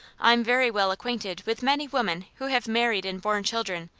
i'm very well acquainted with many women who have married and borne children,